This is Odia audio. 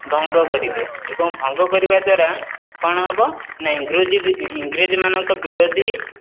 ଭଙ୍ଗ କରିବେ ଏବଂ ଭଙ୍ଗ କରିବା ଦ୍ୱାରା କ'ଣ ହେବ ନା ଇଂରେଜ ମାନଙ୍କ ବିରୋଧୀ